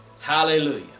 Hallelujah